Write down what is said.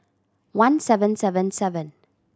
one seven seven seven